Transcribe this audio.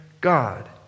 God